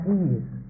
ease